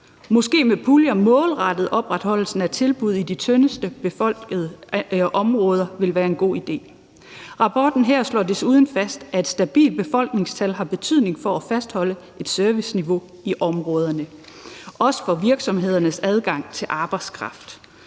Måske puljer, som er målrettet opretholdelsen af tilbud i de tyndest befolkede områder, ville være en god idé. Redegørelsen her slår desuden fast, at et stabilt befolkningstal har betydning for at fastholde et serviceniveau i områderne og også for virksomhedernes adgang til arbejdskraft.